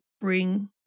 bring